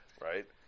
Right